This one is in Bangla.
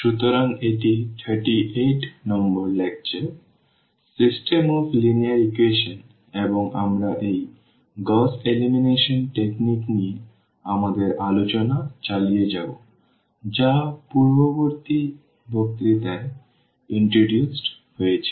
সুতরাং এটি 38 নম্বর lecture system of linear equation এবং আমরা এই গউস এলিমিনেশন কৌশল নিয়ে আমাদের আলোচনা চালিয়ে যাব যা পূর্ববর্তী বক্তৃতায় প্রবর্তিত হয়েছিল